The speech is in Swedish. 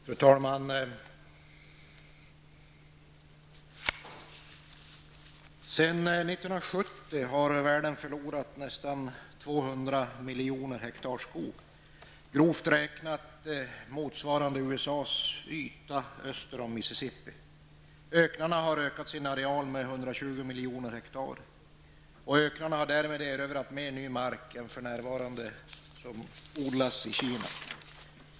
Fru talman! Sedan år 1970 har världen förlorat nästan 200 miljoner hektar skog, grovt räknat motsvarande USAs yta öster om Mississippi. Öknarnas areal har ökat med 120 miljoner hektar, och öknarna har därmed erövrat mer ny mark än vad det för närvarande odlas på i Kina.